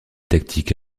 tactique